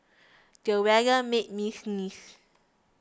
the weather made me sneeze